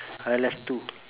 I left two